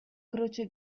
croce